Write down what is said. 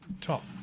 top